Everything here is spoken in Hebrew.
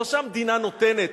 לא שהמדינה נותנת,